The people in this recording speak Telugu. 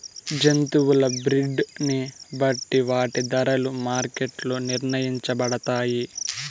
జంతువుల బ్రీడ్ ని బట్టి వాటి ధరలు మార్కెట్ లో నిర్ణయించబడతాయి